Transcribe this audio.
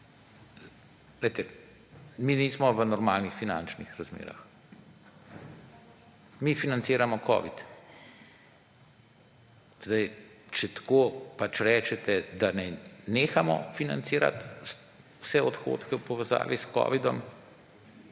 mi nismo v normalnih finančnih razmerah. Mi financiramo covid. Če tako rečete, da naj nehamo financirati vse odhodke v povezavi s covidom